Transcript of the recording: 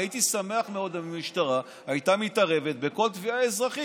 אני הייתי שמח מאוד אם המשטרה הייתה מתערבת בכל תביעה אזרחית,